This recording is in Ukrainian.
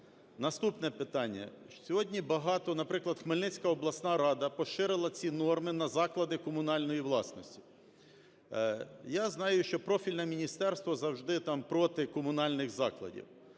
Наступне питання. Сьогодні багато, наприклад, Хмельницька обласна рада поширила ці норми на заклади комунальної власності. Я знаю, що профільне міністерство завжди там проти комунальних закладів.